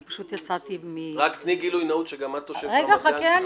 אני פשוט יצאתי מ --- רק תני גילוי נאות שגם את תושבת רמת גן.